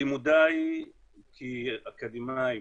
לימודיי האקדמיים